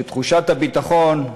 כשתחושת הביטחון,